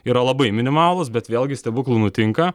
yra labai minimalūs bet vėlgi stebuklų nutinka